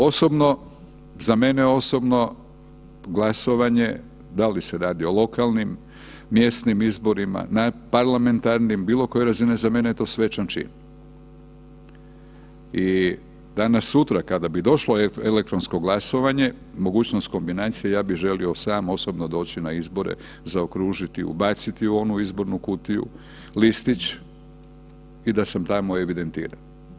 Osobno, za mene osobno, glasovanje, da li se radi o lokalnim, mjesnim izborima, parlamentarnim, bilo koje razine, za mene je to svečan čin i danas-sutra kada bi došlo elektronsko glasovanje, mogućnost kombinacije, ja bih želio sam osobno doći na izbore, zaokružiti, ubaciti u onu izbornu kutiju listić i da sam tamo evidentiran.